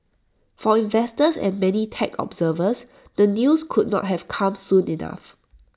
for investors and many tech observers the news could not have come soon enough